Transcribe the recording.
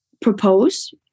propose